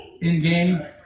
in-game